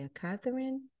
Catherine